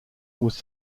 was